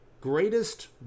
Greatest